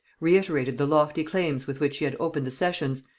reiterated the lofty claims with which she had opened the sessions,